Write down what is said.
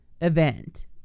event